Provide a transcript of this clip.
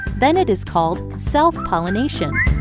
then it is called self pollination.